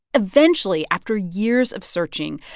eventually, after years of searching,